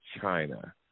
China